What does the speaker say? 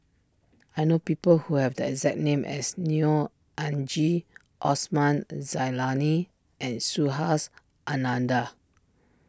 I know people who have the exact name as Neo Anngee Osman Zailani and Subhas Anandan